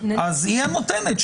אז היא הנותנת,